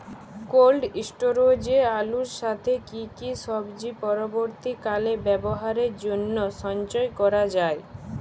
Cold স্টোরেজে আলুর সাথে কি কি সবজি পরবর্তীকালে ব্যবহারের জন্য সঞ্চয় করা যায়?